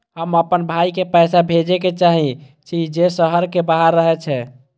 हम आपन भाई के पैसा भेजे के चाहि छी जे शहर के बाहर रहे छै